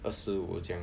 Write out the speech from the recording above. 二十五这样